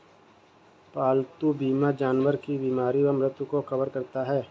पालतू बीमा जानवर की बीमारी व मृत्यु को कवर करता है